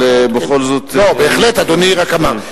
אבל בכל זאת, לא, בהחלט, אדוני רק אמר.